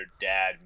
dad